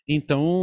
Então